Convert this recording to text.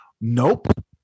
Nope